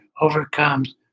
overcomes